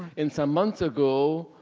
and some months ago,